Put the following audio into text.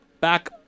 back